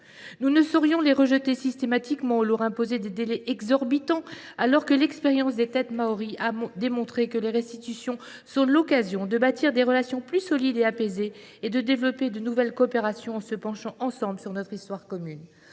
Nous ne saurions les rejeter systématiquement ou leur imposer des délais exorbitants, alors que l’expérience des têtes maories a démontré que les restitutions sont l’occasion de bâtir des relations plus solides et plus apaisées et de développer de nouvelles coopérations en se penchant ensemble sur notre histoire commune.